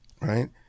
Right